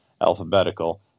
alphabetical